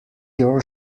your